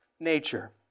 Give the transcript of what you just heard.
Nature